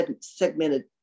segmented